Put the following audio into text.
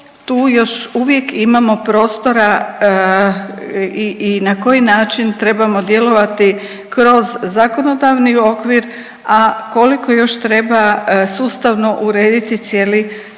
tu još uvijek imamo prostora i na koji način trebamo djelovati kroz zakonodavni okvir, a koliko još treba sustavno urediti cijeli proces.